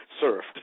served